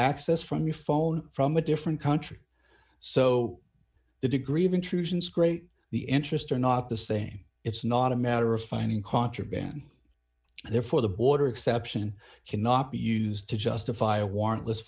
access from your phone from a different country so the degree of intrusions great the interest are not the same it's not a matter of finding contraband therefore the border exception cannot be used to justify a warrant